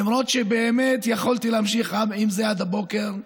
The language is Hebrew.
למרות שבאמת יכולתי להמשיך עם זה עד הבוקר,